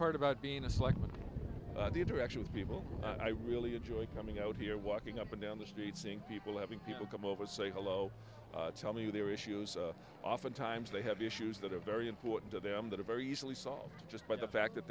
part about being a slug with the interaction with people and i really enjoy coming out here walking up and down the street seeing people having people come over say hello tell me their issues oftentimes they have issues that are very important to them that are very easily solved just by the fact that